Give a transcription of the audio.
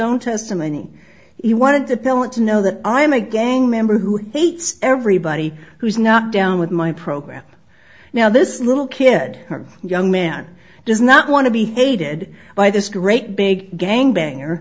own testimony he wanted to tell it to know that i am a gay member who hates everybody who's not down with my program now this little kid or young man does not want to be hated by this great big gang banger